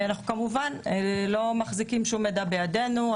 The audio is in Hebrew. אנחנו כמובן לא מחזיקים שום מידע בידנו,